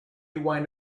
wind